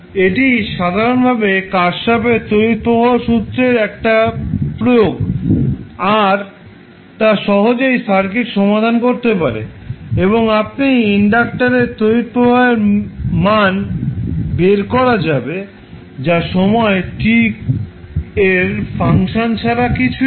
এটি সাধারণ ভাবে কারশ্যাফের তড়িৎ প্রবাহ সূত্রের একটা প্রয়োগ আর তা সহজেই সার্কিট সমাধান করতে পারে এবং আপনি ইন্ডাক্টারের তড়িৎ প্রবাহের মান বের করা যাবে যা সময় t এর ফাংশন ছাড়া কিছুই না